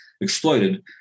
exploited